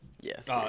Yes